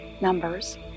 Numbers